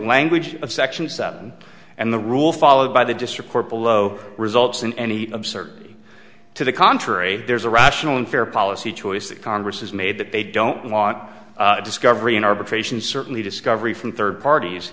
language of section seven and the rule followed by the district court below results in any certainty to the contrary there is a rational and fair policy choice that congress has made that they don't want discovery in arbitration certainly discovery from third parties